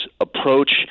approach